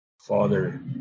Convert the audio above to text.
Father